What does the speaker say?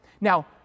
Now